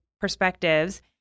perspectives